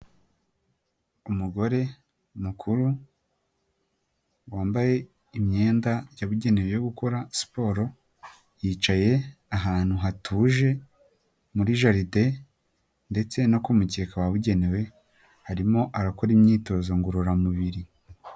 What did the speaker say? Umugore mukuru wambaye imyenda yabugenewe yo gukora siporo yicaye ahantu hatuje muri jaride ndetse no kumukeka wabugenewe arimo arakora imyitozo ngororamubiri.